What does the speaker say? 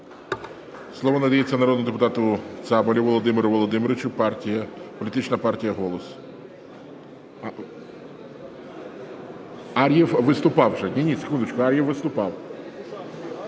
Слово надається народному депутату Цабалю Володимиру Володимировичу, політична партія "Голос". Ар'єв виступав вже. Ні-ні, секундочку, Ар'єв виступав.